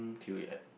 till at